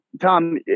Tom